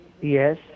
Yes